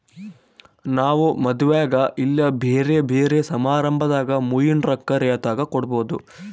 ನಾವು ಮದುವೆಗ ಇಲ್ಲ ಬ್ಯೆರೆ ಬ್ಯೆರೆ ಸಮಾರಂಭದಾಗ ಮುಯ್ಯಿನ ರೊಕ್ಕ ರೀತೆಗ ಕೊಡಬೊದು